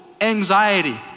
anxiety